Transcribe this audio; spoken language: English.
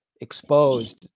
exposed